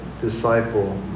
disciple